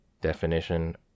Definition